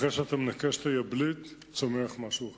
אחרי שאתה מנכש את היבלית, צומח משהו חדש.